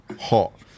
Hot